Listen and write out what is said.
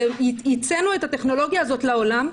וייצאנו את הטכנולוגיה הזאת לעולם,